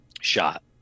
shot